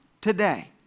today